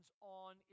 on